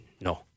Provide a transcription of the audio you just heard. No